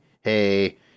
hey